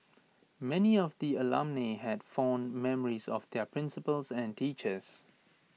many of the alumnae had fond memories of their principals and teachers